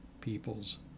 people's